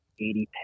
80